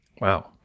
Wow